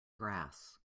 grass